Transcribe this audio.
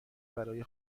برای